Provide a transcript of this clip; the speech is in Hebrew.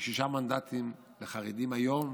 משישה מנדטים לחרדים, היום,